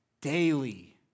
daily